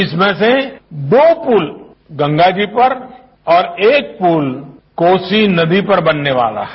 इसमें से दो पुल गंगाजी पर और एक पुल कोसी नदी पर बनने वाला है